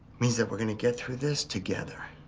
means that we're going to get through this together.